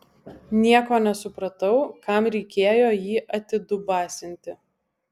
nieko nesupratau kam reikėjo jį atidubasinti